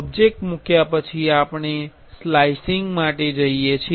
object મૂક્યા પછી આપણે સ્લાઇસિંગ માટે જઇએ છીએ